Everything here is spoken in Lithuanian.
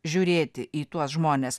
žiūrėti į tuos žmones